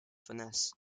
finesse